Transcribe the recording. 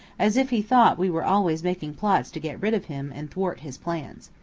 as if he thought we were always making plots to get rid of him, and thwart his plans.